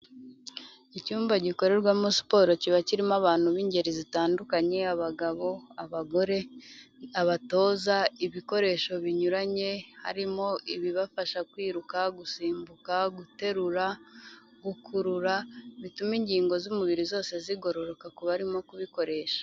Icyumba gikorerwamo siporo kiba kirimo abantu b'ingeri zitandukanye, abagabo, abagore, abatoza, ibikoresho binyuranye, harimo ibibafasha kwiruka, gusimbuka, guterura, gukurura, bituma ingingo z'umubiri zose zigororoka ku barimo kubikoresha.